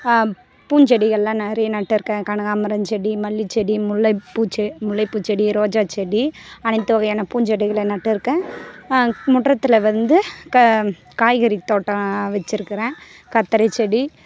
பூஞ்செடிகளெலாம் நிறைய நட்டிருக்கேன் கனகாம்பரம் செடி மல்லிச்செடி முல்லைப்பூ செ முல்லைப்பூ செடி ரோஜா செடி அனைத்து வகையான பூஞ்செடிகளை நட்டிருக்கேன் முற்றத்தில் வந்து க காய்கறி தோட்டம் வச்சுருக்குறேன் கத்திரிச்செடி